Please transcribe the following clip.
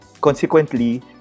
consequently